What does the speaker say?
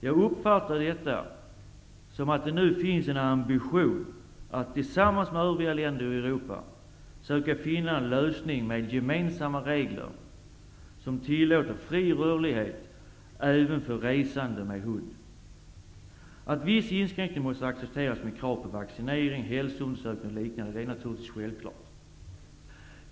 Jag uppfattar detta som att det nu finns en ambition att tillsammans med övriga länder i Europa söka finna en lösning med gemensamma regler, som tillåter fri rörlighet även för resande med hund. Att viss inskränkning måste accepteras med krav på vaccinering, hälsoundersökningar och liknande, är naturligtvis självklart.